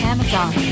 Amazon